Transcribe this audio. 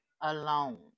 alone